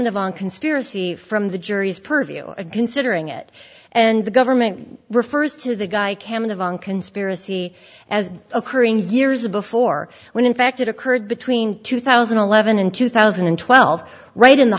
live on conspiracy from the jury's purview of considering it and the government refers to the guy campaign of on conspiracy as occurring years before when in fact it occurred between two thousand and eleven and two thousand and twelve right in the